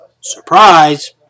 surprise